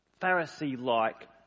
Pharisee-like